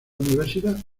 universidad